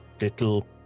little